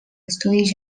estudis